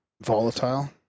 volatile